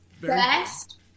best